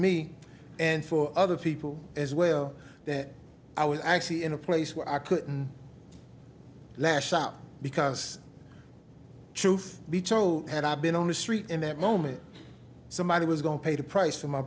me and for other people as well that i was actually in a place where i couldn't lash out because truth be told had i been on the street in that moment somebody was going to pay the price for my